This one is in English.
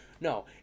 No